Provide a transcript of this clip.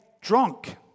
drunk